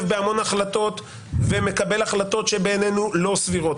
בהמון החלטות ומקבל החלטות שבעינינו לא סבירות,